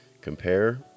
Compare